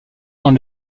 dans